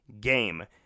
game